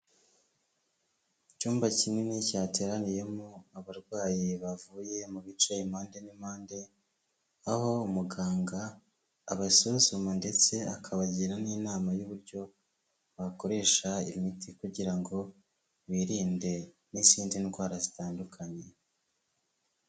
Icyumba kinini cyateraniyemo abarwayi bavuye mu bice impande n'impande, aho umuganga abasuzuma ndetse akabagira n'inama y'uburyo bakoresha imiti kugira ngo birinde n'izindi ndwara zitandukanye.